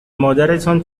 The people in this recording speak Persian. مادرتان